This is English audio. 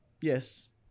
Yes